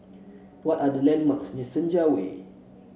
what are the landmarks near Senja Way